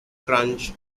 crunch